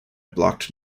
blocked